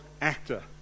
actor